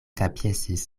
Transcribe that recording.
kapjesis